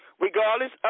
regardless